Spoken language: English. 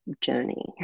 journey